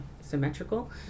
symmetrical